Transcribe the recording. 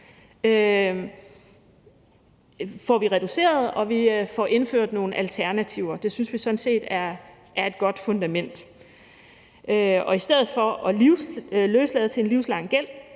får vi reduceret, og vi får indført nogle alternativer. Det synes vi sådan set er et godt fundament. I stedet for at løslade til en livslang gæld